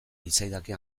litzaidake